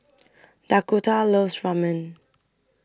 Dakotah loves Ramen